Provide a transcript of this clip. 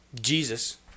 Jesus